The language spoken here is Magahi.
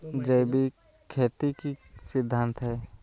जैविक खेती के की सिद्धांत हैय?